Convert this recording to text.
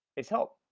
is help.